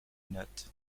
not